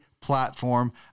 platform